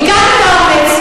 תיקח את האומץ.